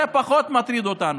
זה פחות מטריד אותנו.